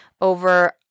over